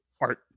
art